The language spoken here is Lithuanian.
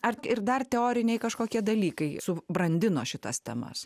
ar ir dar teoriniai kažkokie dalykai subrandino šitas temas